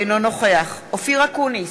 אינו נוכח אופיר אקוניס,